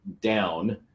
down